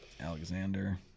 Alexander